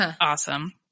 awesome